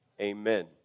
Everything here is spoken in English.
Amen